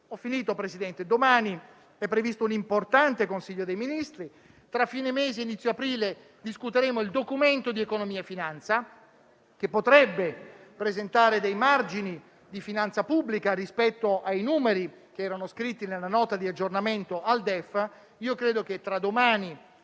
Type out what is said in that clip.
delle quotazioni. Domani è previsto un importante Consiglio dei ministri. Tra fine mese e inizio aprile discuteremo il Documento di economia e finanza, che potrebbe presentare margini di finanza pubblica rispetto ai numeri riportati nella Nota di aggiornamento al DEF. Credo che, tra domani